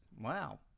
Wow